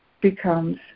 becomes